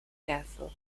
castle